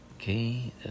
Okay